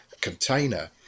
container